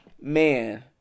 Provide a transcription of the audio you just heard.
man